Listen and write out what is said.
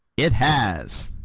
it has